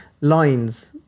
lines